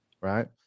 right